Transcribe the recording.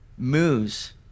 moves